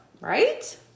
Right